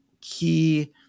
key